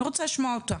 אני רוצה לשמוע אותה.